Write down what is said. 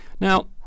Now